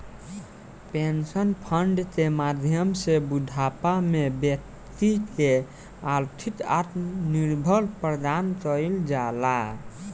pension fund के माध्यम से बूढ़ापा में बैक्ति के आर्थिक आत्मनिर्भर प्रदान कईल जाला